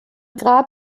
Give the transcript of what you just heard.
grab